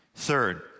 Third